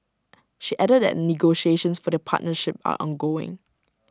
she added that negotiations for the partnership are ongoing